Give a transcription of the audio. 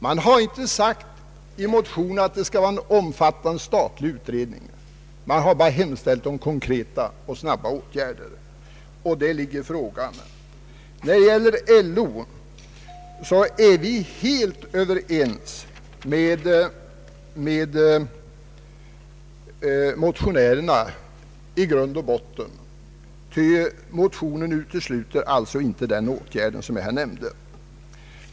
Man har inte sagt i motionerna att någon omfattande statlig utredning skall tillsättas; man har bara hemställt om konkreta och snabba åtgärder. När det gäller LO är vi helt överens med motionärerna i grund och botten, ty motionerna utesluter inte den åtgärd jag nämnde.